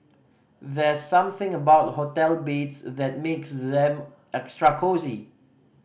there's something about hotel beds that makes them extra cosy